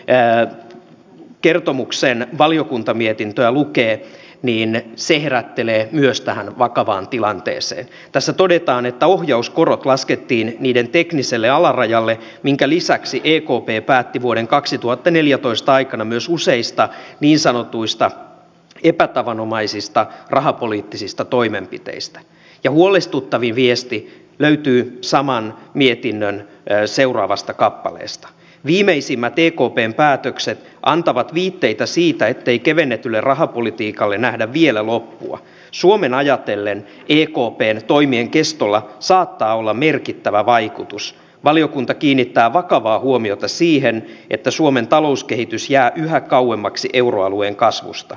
erään kertomuksen valiokuntamietintöä lukee niin se herättelee myös tähän vakavaan tilanteeseen tässä todetaan että ohjauskorot laskettiin niiden tekniselle alarajalle minkä lisäksi kiikkupee päätti vuoden kaksituhattaneljätoista aikana myös useista niin sanotuista epätavanomaisista rahapoliittisista toimenpiteistä ja huolestuttavin viesti täyttyi saman mietinnön seuraavasta kappaleesta viimeisimmät viikkokin päätökset antavat viitteitä siitä ettei kevennetylle rahapolitiikalle nähdä vielä loppua suomen ajatellen vii cooper toimien kestolla saattaa olla merkittävä vaikutus valiokunta kiinnittää vakavaa huomiota siihen että suomen talouskehitys jää yhä kauemmaksi euroalueen kasvusta